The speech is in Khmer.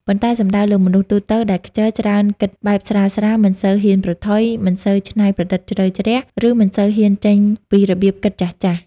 ប៉ុន្តែសំដៅលើ មនុស្សទូទៅដែលខ្ជិល ច្រើនគិតបែបស្រាលៗ មិនសូវហ៊ានប្រថុយ មិនសូវច្នៃប្រឌិតជ្រៅជ្រះ ឬមិនសូវហ៊ានចេញពីរបៀបគិតចាស់ៗ។